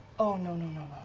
oh no no no